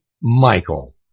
Michael